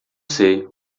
sei